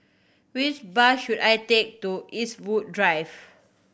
which bus should I take to Eastwood Drive